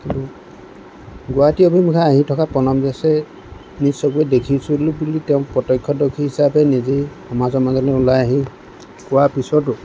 গুৱাহাটী অভিমুখে আহি থকা প্ৰণৱ দাসে নিজ চকুৰে দেখিছোঁ বুলি তেওঁ প্ৰত্যক্ষদৰ্শী হিচাপে নিজেই সমাজৰ মাজলৈ ওলাই আহি কোৱাৰ পিছতো